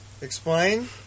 Explain